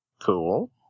Cool